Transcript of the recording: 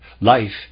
Life